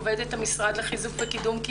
עובדת המשרד לחיזוק וקידום קהילתי.